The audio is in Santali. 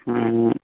ᱦᱮᱸ